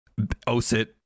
osit